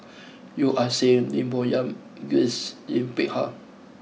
Yeo Ah Seng Lim Bo Yam and Grace Yin Peck Ha